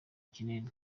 kinini